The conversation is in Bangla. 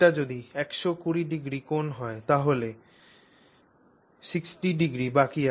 যদি এটি 120o কোণ তাহলে 60o বাকি আছে